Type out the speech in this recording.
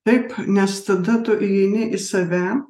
taip nes tada tu įeini į save